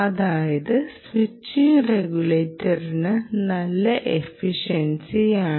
അതായത് സ്വിച്ചിംഗ് റെഗുലേറ്ററിന് നല്ല എഫിഷൻസി ആണ്